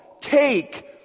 take